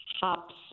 hops